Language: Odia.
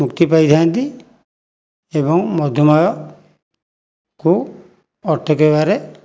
ମୁକ୍ତି ପାଇଥାନ୍ତି ଏବଂ ମଧୁମେହକୁ ଅଟକେଇବାରେ